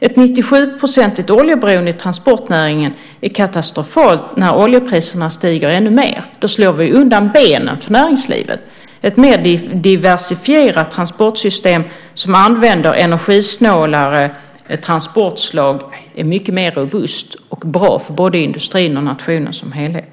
Ett oljeberoende på 97 % i transportnäringen är katastrofalt när oljepriserna stiger ännu mer. Då slår vi undan benen för näringslivet. Ett mer diversifierat transportsystem som använder energisnålare transportslag är mycket mer robust och bra för både industrin och nationen som helhet.